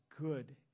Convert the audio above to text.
good